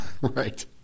Right